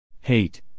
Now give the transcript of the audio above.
Hate